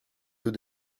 deux